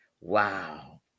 Wow